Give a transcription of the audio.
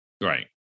right